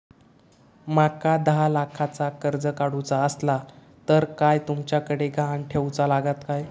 माका दहा लाखाचा कर्ज काढूचा असला तर काय तुमच्याकडे ग्हाण ठेवूचा लागात काय?